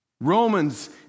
Romans